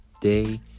Day